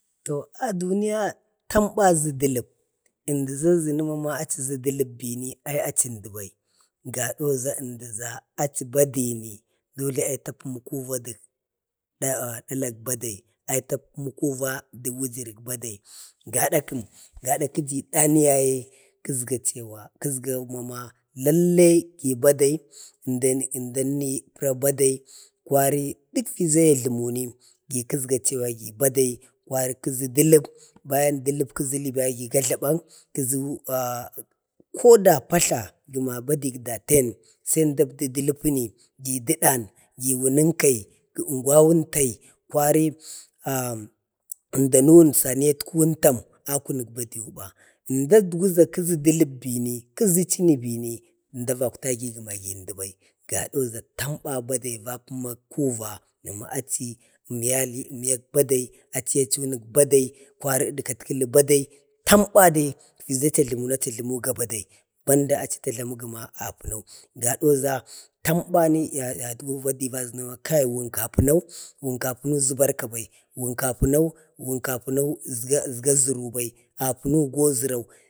to a duniya tamba ʒə də dələp. ʒmdə ʒa ʒənə mama adii ʒə dələp bini ai achi əmdəbai, gadau ʒa əndəʒa achi badi dolene achi ta pəmi kuva dək dəlak badi, dəə wujərak badi, gada kəm? gada kəji, idan yaye kəsga cewa mama lallai badai əndanni pəra badai. kwari dək fiʒa ua jləmuni gəə kəsga cewa ci badi kwari kəʒa dəlap bayan dələp kəʒəli dagi gajlabak ʒu ko patla gənak badi daten sai əmda əbdu dələpəni, gi dədan, gi wunun kai, ungwawun tai? kwari əndanuwun saniyatkun tam? akunuk badi ba. ʒnda dugu ʒa kəʒa dəlapbini, kəʒə chini bini əmda uktagi gəna gi əmdəbai. gado zaktamba bade va pəma kuva mama chi əmnyali əmyak badi, achiye achi wunək badi, kwari dəkatkəli badi tamba dai ʒa acha jləmu, acha jlumu ga badai, banda achi da jlamu gəna apunau. gadau ʒa tambarni ya dukwa badi a ʒəna ma kai wun kapunau kai. wun kapunau ʒa barka bai. wun kapunau, wun kapunau əʒga əʒga ʒəru bai, apunau go ʒərau.